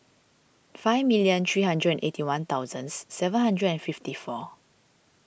five million three hundred and eighty one thousand seven hundred and fifty four